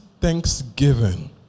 thanksgiving